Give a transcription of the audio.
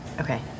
Okay